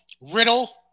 Riddle